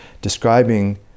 describing